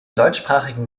deutschsprachigen